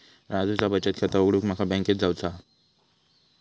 राजूचा बचत खाता उघडूक माका बँकेत जावचा हा